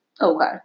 Okay